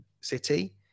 City